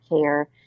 care